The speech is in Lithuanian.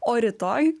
o rytoj